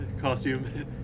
costume